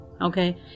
okay